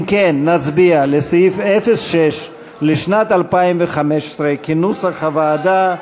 אם כן, נצביע על סעיף 06 לשנת 2015, כנוסח הוועדה.